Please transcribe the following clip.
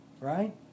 right